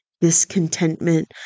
discontentment